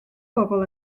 bobl